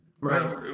Right